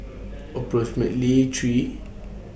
approximately three